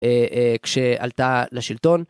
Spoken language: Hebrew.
כשעלתה לשלטון.